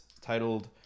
titled